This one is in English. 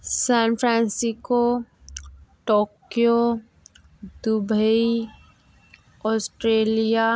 San Francisco Tokyo Dubai Australia